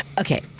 Okay